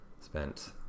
Spent